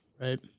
Right